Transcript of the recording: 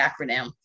acronym